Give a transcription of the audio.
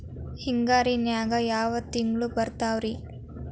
ಹಿಂಗಾರಿನ್ಯಾಗ ಯಾವ ತಿಂಗ್ಳು ಬರ್ತಾವ ರಿ?